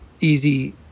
easy